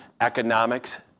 economics